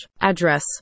address